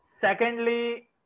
Secondly